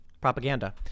Propaganda